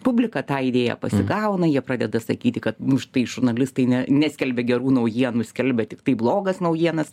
publika tą idėją pasigauna jie pradeda sakyti ka už tai žurnalistai ne neskelbia gerų naujienų skelbia tiktai blogas naujienas